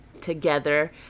together